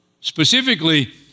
specifically